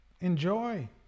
Enjoy